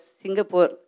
Singapore